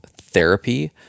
therapy